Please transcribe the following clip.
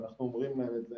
ואנחנו אומרים להם את זה,